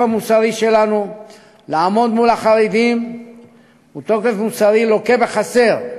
המוסרי שלנו לעמוד מול החרדים לוקה בחסר.